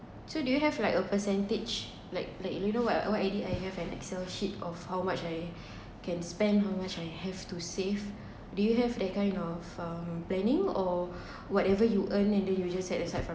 so do you have like a percentage like like you know what what I did I have an excel sheet of how much I can spend how much I have to save do you have that kind of um planning or whatever you earn and then you just aside from